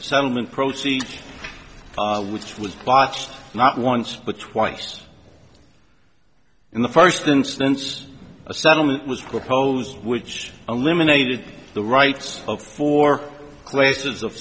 settlement proceeds which was botched not once but twice in the first instance a settlement was proposed which eliminated the rights of four classes of